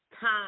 time